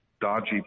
dodgy